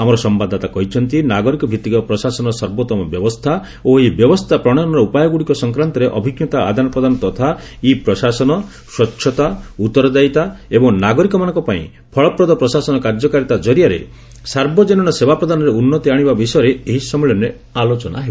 ଆମର ସମ୍ଭାଦଦାତା କହିଛନ୍ତି ନାଗରିକ ଭିଭିକ ପ୍ରଶାସନର ସର୍ବୋଉମ ବ୍ୟବସ୍ଥା ଓ ଏହି ବ୍ୟବସ୍ଥା ପ୍ରଶୟନର ଉପାୟଗୁଡ଼ିକ ସଂକ୍ରାନ୍ତରେ ଅଭିଜ୍ଞତା ଆଦାନପ୍ରଦାନ ତଥା ଇ ପ୍ରଶାସନ ସ୍ୱଚ୍ଛତା ଉତ୍ତରଦାୟିତା ଏବଂ ନାଗରିକମାନଙ୍କ ପାଇଁ ଫଳପ୍ରଦ ପ୍ରଶାସନ କାର୍ଯ୍ୟକାରୀତା ଜରିଆରେ ସାର୍ବଜନୀନ ସେବା ପ୍ରଦାନରେ ଉନ୍ନତି ଆଣିବା ବିଷୟରେ ଏହି ସମ୍ମିଳନୀରେ ଆଲୋଚନା ହେବ